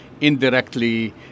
indirectly